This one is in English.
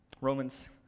Romans